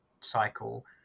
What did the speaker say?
cycle